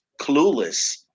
clueless